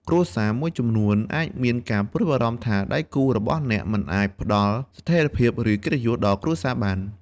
គ្រួសារមួយចំនួនអាចមានការព្រួយបារម្ភថា ដៃគូរបស់អ្នកមិនអាចផ្តល់ស្ថិរភាព ឬកិត្តិយសដល់គ្រួសារបាន។